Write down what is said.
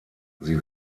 sie